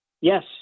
Yes